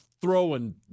throwing